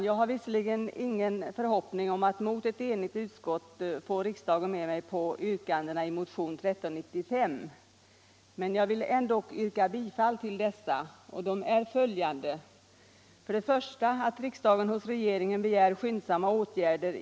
Jag hyser visserligen ingen förhoppning om att mot ett enigt utskott få riksdagen med mig på yrkandena i motionen 1395, men jag vill ändå yrka bifall till dessa.